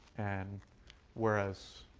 and whereas,